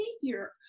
behavior